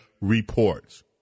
reports